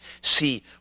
see